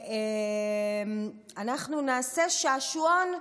אנחנו נעשה שעשועון.